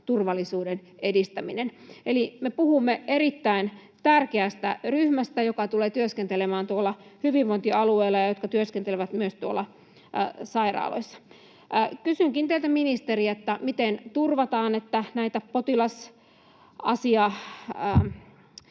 asiakasturvallisuuden edistäminen. Eli me puhumme erittäin tärkeästä ryhmästä, joka tulee työskentelemään tuolla hyvinvointialueella, ja jotka työskentelevät myös sairaaloissa. Kysynkin teiltä, ministeri: miten turvataan, että näitä potilasasia...